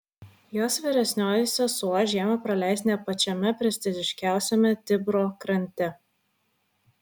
jos vyresnioji sesuo žiemą praleis ne pačiame prestižiškiausiame tibro krante